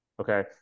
Okay